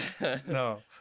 No